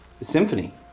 symphony